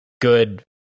good